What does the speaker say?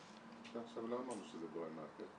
-- עכשיו לא אמרנו שזה גורם מעכב.